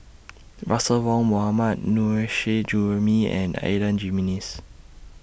Russel Wong Mohammad Nurrasyid Juraimi and Adan Jimenez